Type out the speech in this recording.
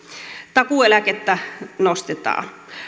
takuueläkettä nostetaan